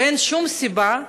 ואין שום סיבה,